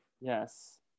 Yes